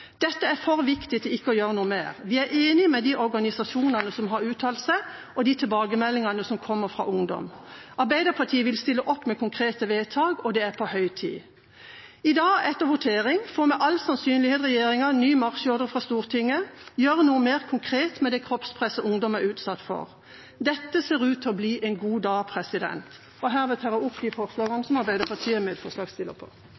Dette er for viktig til ikke å gjøre noe med. Vi er enig med de organisasjonene som har uttalt seg, og enig i de tilbakemeldingene som kommer fra ungdom. Arbeiderpartiet vil stille opp med konkrete vedtak. Det er på høy tid. I dag – etter votering – får med all sannsynlighet regjeringa ny marsjordre fra Stortinget: Gjør noe mer konkret med det kroppspresset ungdom er utsatt for! Dette ser ut til å bli en god dag. Herved tar jeg opp de forslagene